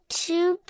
two